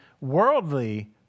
worldly